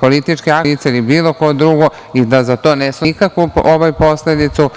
politički aktivno lice ili bilo koje drugo i da za to ne snosite nikakvu posledicu.